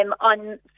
on